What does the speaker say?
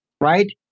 right